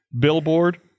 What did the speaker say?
billboard